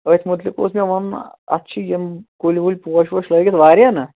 أتھۍ متعلق اوس مےٚ وَنُن اَتھ چھِ یِم کُلۍ وُلۍ پوش ووش لٲگِتھ واریاہ نَہ